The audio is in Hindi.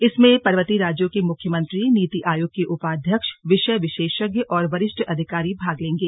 इसमें पर्वतीय राज्यों के मुख्यमंत्री नीति आयोग के उपाध्यक्ष विषय विशेषज्ञ और वरिष्ठ अधिकारी भाग लेंगे